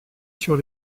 sur